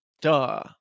duh